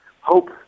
hope